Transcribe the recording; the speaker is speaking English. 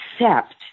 accept